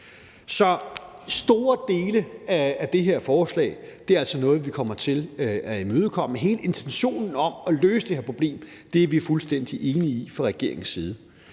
Så store dele af det her forslag er altså noget, vi kommer til at imødekomme. Hele intentionen om at løse det her problem er vi fuldstændig enige i fra regeringens side.